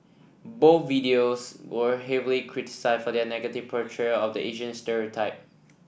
both videos were heavily criticised for their negative portrayal of the Asian stereotype